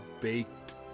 baked